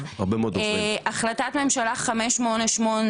החלטת ממשלה 588,